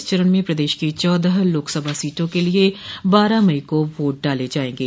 इस चरण में प्रदेश की चौदह लोकसभा सीटों के लिये बारह मई को वोट डाले जायेंगे